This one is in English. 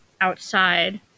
outside